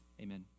amen